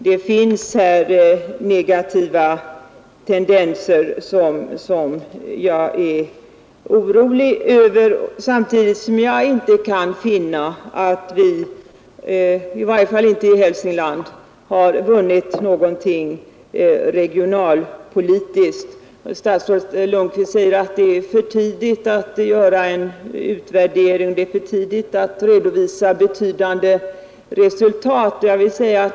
Det finns här negativa tendenser som jag är orolig över, samtidigt som jag inte kan finna att vi — i varje fall inte i Hälsingland — har vunnit någonting regionalpolitiskt. Statsrådet Lundkvist säger att det är för tidigt att göra en utvärdering, för tidigt att redovisa betydande resultat.